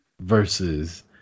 Versus